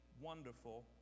wonderful